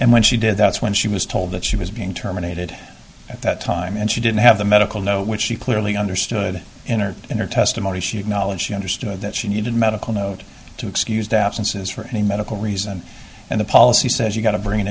and when she did that's when she was told that she was being terminated at that time and she didn't have the medical know which she clearly understood in her in her testimony she acknowledged she understood that she needed medical note to excused absences for any medical reason and the policy says you got to bring